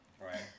Right